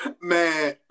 Man